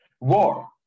War